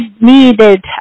needed